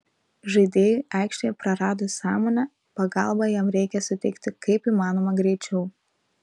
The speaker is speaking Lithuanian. žaidėjui aikštėje praradus sąmonę pagalbą jam reikia suteikti kaip įmanoma greičiau